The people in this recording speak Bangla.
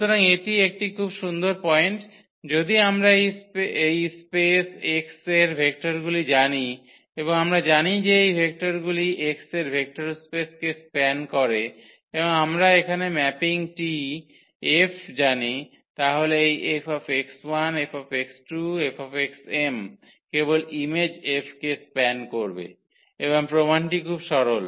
সুতরাং এটি একটি খুব সুন্দর পয়েন্ট যদি আমরা এই স্পেস x এর ভেক্টরগুলি জানি এবং আমরা জানি যে এই ভেক্টরগুলি X এর ভেক্টর স্পেসকে স্প্যান করে এবং আমরা এখানে ম্যাপিং টি 𝐹 জানি তাহলে এই 𝐹 𝐹 𝐹 কেবল ইমেজ F কে স্প্যান করবে এবং প্রমাণটি খুব সরল